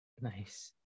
nice